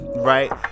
right